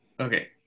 Okay